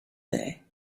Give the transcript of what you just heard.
day